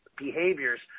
behaviors